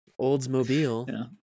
Oldsmobile